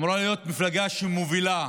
אמורה להיות מפלגה מובילה,